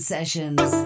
Sessions